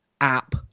app